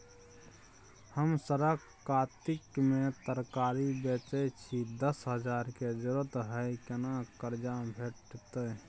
हम सरक कातिक में तरकारी बेचै छी, दस हजार के जरूरत हय केना कर्जा भेटतै?